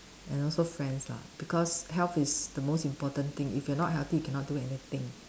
and also friends lah because health is the most important thing if you are not healthy you cannot do anything